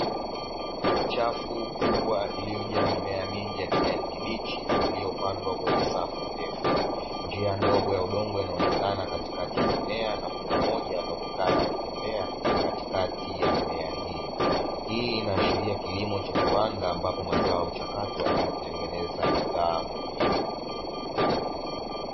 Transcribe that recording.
Chafu kubwa iliyojaa mimea mingi, yaani kibichi, iliyopandwa kwenye safu ndefu. Njia ndogo ya udongo inaonekana katikati ya mimea, na mtu mmoja anaonekana akitembea katikati ya mimea hii. Hii inaashiria kilimo cha kiwanda ambapo mazao huchakatwa ili kutengeneza bidhaa muhimu.